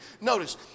notice